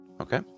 Okay